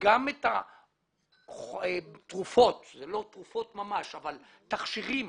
וגם את התרופות אלה לא תרופות ממש אבל תכשירים